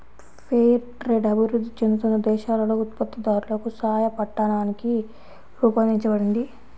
fair trade అభివృద్ధి చెందుతున్న దేశాలలో ఉత్పత్తిదారులకు సాయపట్టానికి రూపొందించబడింది